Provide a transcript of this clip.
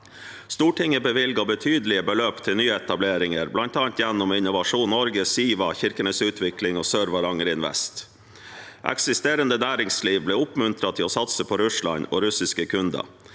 Stortinget bevilget betydelige beløp til nyetableringer, bl.a. gjennom Innovasjon Norge, Siva, Kirkenes Ut vikling og Sør-Varanger Invest. Eksisterende næringsliv ble oppmuntret til å satse på Russland og russiske kunder.